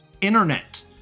internet